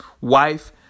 wife